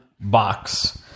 box